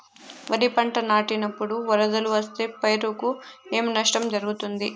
వరిపంట నాటినపుడు వరదలు వస్తే పైరుకు ఏమి నష్టం జరుగుతుంది?